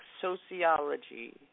sociology